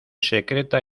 secreta